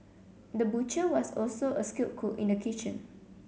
the butcher was also a skilled cook in the kitchen